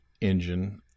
engine